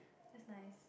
just nice